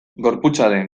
gorputzaren